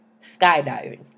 skydiving